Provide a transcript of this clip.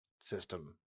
system